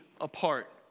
apart